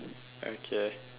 okay